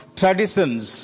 traditions